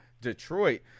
Detroit